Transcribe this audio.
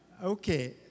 Okay